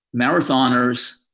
marathoners